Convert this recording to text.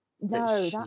no